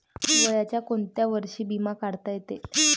वयाच्या कोंत्या वर्षी बिमा काढता येते?